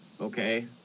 Okay